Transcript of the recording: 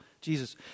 Jesus